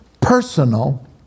personal